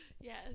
Yes